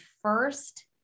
first